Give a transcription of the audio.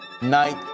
Night